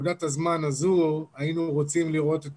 שבנקודת הזמן הזו היינו רוצים לראות את